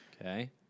Okay